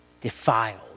Defiled